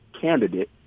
candidate